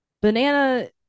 banana